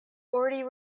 already